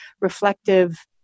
reflective